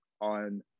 on